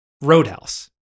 Roadhouse